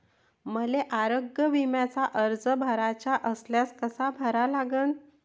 मले आरोग्य बिम्याचा अर्ज भराचा असल्यास कसा भरा लागन?